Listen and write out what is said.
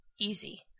Easy